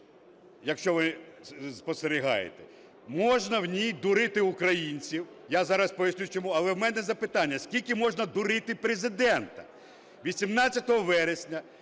якщо ви спостерігаєте. Можна в ній дурити українців, я зараз поясню, чому. Але в мене запитання: скільки можна дурити Президента? 18 вересня,